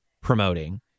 promoting